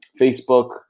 Facebook